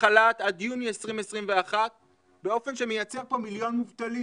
חל"ת עד יוני 2021 באופן שמייצר פה מיליון מובטלים.